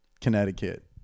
Connecticut